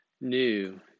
new